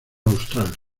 austral